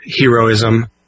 heroism